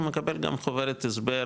הוא מקבל גם חוברת הסבר